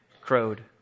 crowed